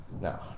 No